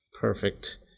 perfect